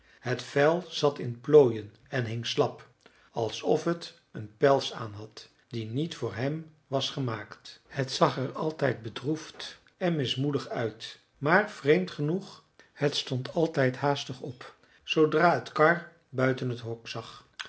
het vel zat in plooien en hing slap alsof het een pels aanhad die niet voor hem was gemaakt het zag er altijd bedroefd en mismoedig uit maar vreemd genoeg het stond altijd haastig op zoodra het karr buiten het hok zag